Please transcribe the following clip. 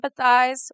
empathize